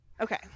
Okay